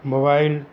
mobile